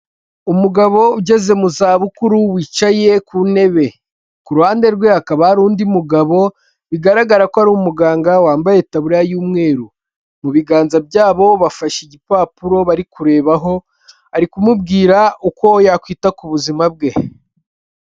Umugabo ugeze mu zabukuru, wicaye ku ntebe, kuhande rwe hakaba hari undi mugabo, bigaragara ko ari umuganga, wambaye itabura y'umweru, mu biganza byabo bafashe igipapuro, bari kureba aho ari kumubwira uko yakwita ku buzima bwe.